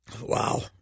Wow